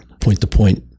point-to-point